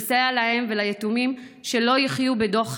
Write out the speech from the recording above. לסייע להן וליתומים שלא יחיו בדוחק,